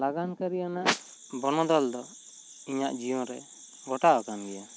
ᱞᱟᱜᱟᱱ ᱠᱟᱹᱨᱤ ᱭᱟᱱᱟᱜ ᱵᱚᱱᱚᱫᱚᱞ ᱫᱚ ᱤᱧᱟ ᱜ ᱡᱤᱭᱚᱱ ᱨᱮ ᱜᱷᱚᱴᱟᱣ ᱟᱠᱟᱱ ᱜᱮᱭᱟ